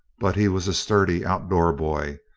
but he was a sturdy, outdoor boy,